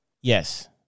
Yes